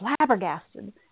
flabbergasted